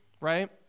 right